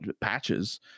patches